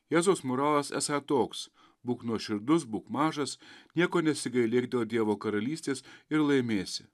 jėzaus moralas esą toks būk nuoširdus būk mažas nieko nesigailėk dėl dievo karalystės ir laimėsi